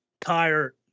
tired